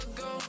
go